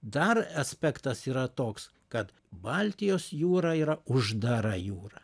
dar aspektas yra toks kad baltijos jūra yra uždara jūra